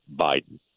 Biden